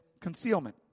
concealment